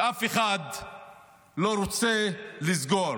שאף אחד לא רוצה לסגור.